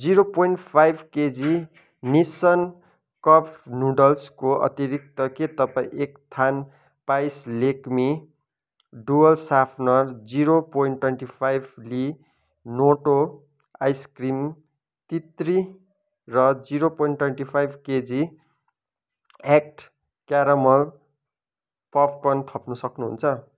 zero point five KG Nissin cup नुडल्सको अतिरिक्त के तपाईँ एकथान पाइस लेक्मी डुवल साफ्नर जिरो पोइन्ट ट्वेन्टी फाइभ ली नोटो आइस्क्रिम तित्री र zero point twenty five KG एक्ट केरामल पपकर्न थप्नु सक्नुहुन्छ